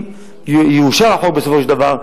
אם יאושר החוק בסופו של דבר,